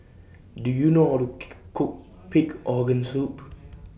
Do YOU know How to Cook Pig Organ Soup